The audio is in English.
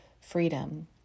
freedom